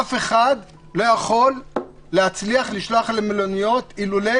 אף אחד לא יכול להצליח לשלוח למלוניות אילולא